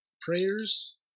prayers